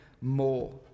more